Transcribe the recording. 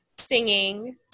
singing